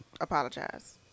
Apologize